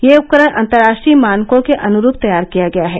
यह उपकरण अंतर्राष्ट्रीय मानकों के अनुरूप तैयार किया गया है